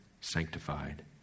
Sanctified